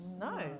No